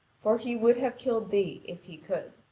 for he would have killed thee, if he could.